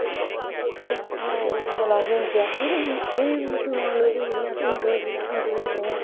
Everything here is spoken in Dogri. ठीक ऐ उन्हे एह् चिजा लाई दियां होदिया जेहडे़ मुस्लमान लोक होई गे जियां अस हिंदु होई गे हिंदु ते चलो इयां